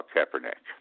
Kaepernick